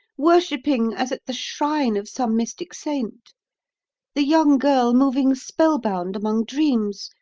worshipping as at the shrine of some mystic saint the young girl moving spell bound among dreams!